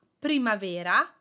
primavera